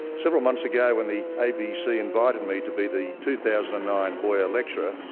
several months ago when the abc invited me to be the two thousand and nine boyer lecturer,